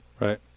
Right